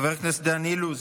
חבר הכנסת דן אילוז,